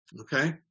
Okay